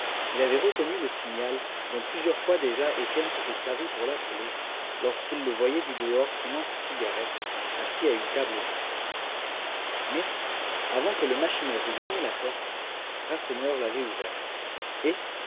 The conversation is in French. il avait reconnu le signal dont plusieurs fois déjà étienne s'était servi pour l'appeler lorsqu'il le voyait du dehors fumant sa cigarette assis à une table vide mais avant que le machineur eût gagné la porte rasseneur l'avait ouverte et